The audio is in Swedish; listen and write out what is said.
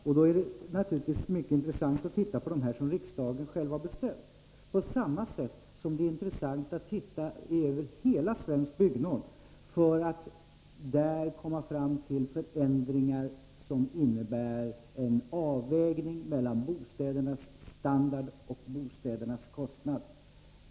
Det är då naturligtvis mycket intressant att se på det som riksdagen själv har beställt, liksom det också är intressant att se på hela Svensk byggnorm, för att vi skall kunna komma fram till förändringar, som innebär en avvägning mellan bostädernas standard och bostädernas kostnad.